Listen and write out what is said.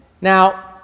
Now